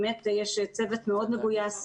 באמת יש צוות מאוד מגוייס,